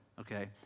okay